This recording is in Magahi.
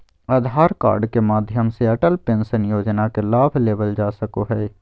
आधार कार्ड के माध्यम से अटल पेंशन योजना के लाभ लेवल जा सको हय